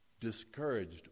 discouraged